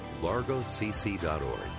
largocc.org